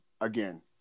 again